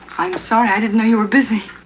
i'm sorry, i didn't know you were busy.